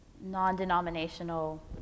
non-denominational